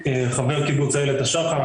חבר קיבוץ איילת השחר,